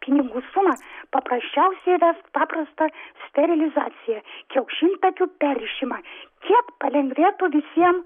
pinigų sumą paprasčiausiai įvest paprastą sterilizaciją kiaušintakių perrišimą kiek palengvėtų visiem